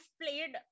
played